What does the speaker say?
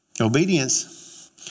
obedience